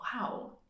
Wow